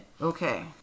Okay